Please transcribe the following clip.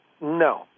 No